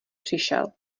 přišel